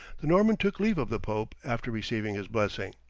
the norman took leave of the pope after receiving his blessing.